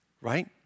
Right